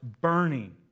burning